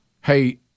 Hey